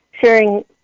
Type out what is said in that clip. sharing